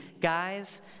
Guys